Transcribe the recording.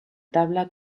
tabla